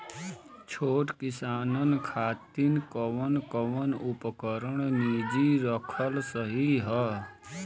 छोट किसानन खातिन कवन कवन उपकरण निजी रखल सही ह?